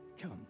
come